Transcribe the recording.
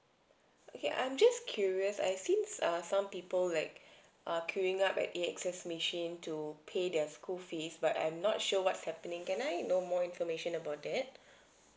okay I'm just curious I seen uh some people like err queuing up at A access machine to pay their school fees but I'm not sure what's happening can I know more information about that